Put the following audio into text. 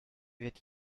wird